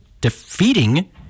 Defeating